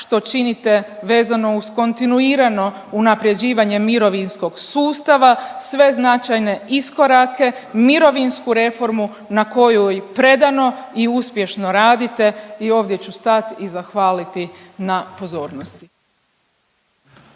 što činite vezano uz kontinuirano unaprjeđivanje mirovinskog sustava, sve značajne iskorake, mirovinsku reformu, na kojoj predano i uspješno radite i ovdje ću stati i zahvaliti na pozornosti.